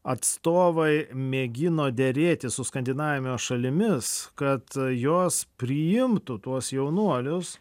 atstovai mėgino derėtis su skandinavijos šalimis kad jos priimtų tuos jaunuolius